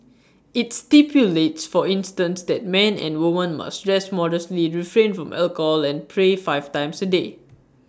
IT stipulates for instance that men and women must dress modestly refrain from alcohol and pray five times A day